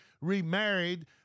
remarried